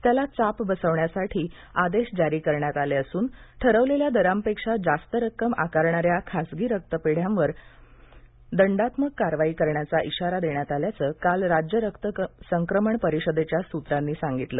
त्याला चाप बसवण्यासाठी आदेश जारी करण्यात आले असून ठरवलेल्या दरांपेक्षा जास्त रक्कम आकारणाऱ्या खाजगी रक्तपेढ्यांवर दंडात्मक कारवाई करण्याचा इशारा देण्यात आल्याचं काल राज्य रक्त संक्रमण परिषदेच्या सूत्रांनी सांगितलं